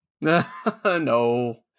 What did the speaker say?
No